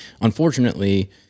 unfortunately